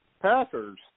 Packers